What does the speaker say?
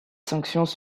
sanctions